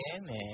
man